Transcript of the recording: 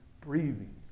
breathing